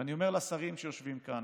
ואני אומר לשרים שיושבים כאן: